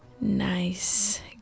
nice